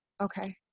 okay